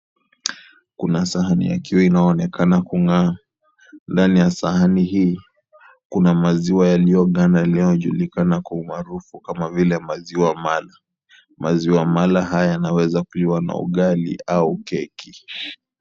Kuna sahani yakiwa inaonekana kung'aa ndani ya sahani hii kuna maziwa yaliyoganda inayojulikana kwa umaarufu kama vile maziwa mala maziwa mala haya inaweza kuliwa na ugali au keki.